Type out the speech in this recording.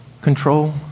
control